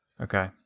Okay